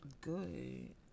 good